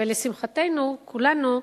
ולשמחתנו כולנו,